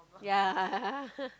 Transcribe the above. yeah